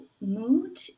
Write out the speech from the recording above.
mood